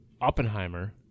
Oppenheimer